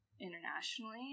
internationally